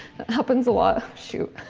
that happens a lot. shoot